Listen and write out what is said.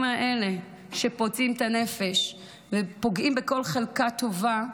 שפוצעים את הנפש ופוגעים בכל חלקה טובה,